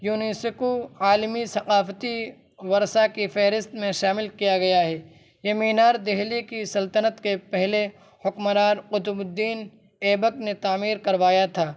UNESCO عالمی ثقافتی ورثہ کی فہرست میں شامل کیا گیا ہے یہ مینار دہلی کی سلطنت کے پہلے حکمران قطب الدین ایبک نے تعمیر کروایا تھا